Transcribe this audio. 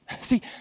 See